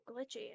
glitchy